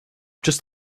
just